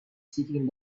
seeking